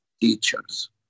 teachers